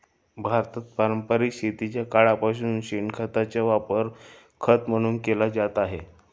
भारतात पारंपरिक शेतीच्या काळापासून शेणखताचा वापर खत म्हणून केला जात आहे